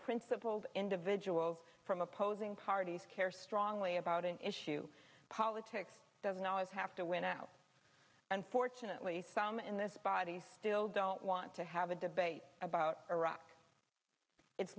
principled individuals from opposing parties care strongly about an issue politics doesn't always have to win out unfortunately some in this body still don't want to have a debate about iraq it's